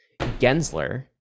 Gensler